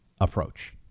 approach